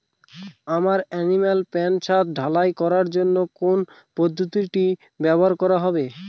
আমার animal pen ছাদ ঢালাই করার জন্য কোন পদ্ধতিটি ব্যবহার করা হবে?